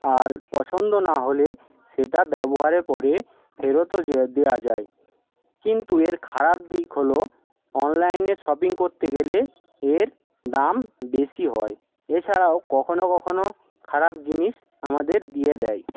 আর পছন্দ নাহলে সেটা ব্যবহারের পরে ফেরতও দেওয়া যায় কিন্তু এর খারাপ দিক হলো অনলাইনে শপিং তে গেলে এর দাম বেশি হয় এছাড়াও কখনো কখনো খারাপ জিনিস আমাদের দিয়ে দেয়